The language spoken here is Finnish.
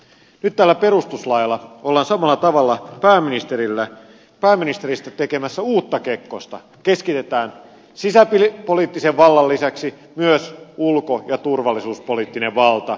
nyt tällä perustuslailla ollaan samalla tavalla pääministeristä tekemässä uutta kekkosta keskitetään sisäpoliittisen vallan lisäksi myös ulko ja turvallisuuspoliittinen valta